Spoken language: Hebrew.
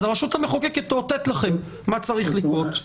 אז הרשות המחוקקת תאותת לכם מה צריך לקרות.